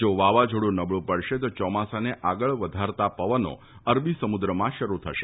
જા વાવાઝોડુ નબળુ પડશે તો ચોમાસાને આગળ વધારતા પવનો અરબી સમુદ્રમાં શરૂ થશે